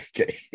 Okay